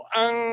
ang